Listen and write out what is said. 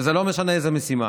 וזה לא משנה איזו משימה,